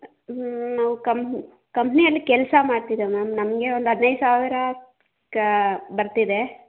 ಹ್ಞೂ ನಾವು ಕಂ ಕಂಪನಿಯಲ್ಲಿ ಕೆಲಸ ಮಾಡ್ತಿದ್ದೇವೆ ಮ್ಯಾಮ್ ನಮಗೆ ಒಂದು ಹದಿನೈದು ಸಾವಿರ ಕ ಬರ್ತಿದೆ